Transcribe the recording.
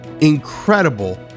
incredible